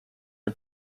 are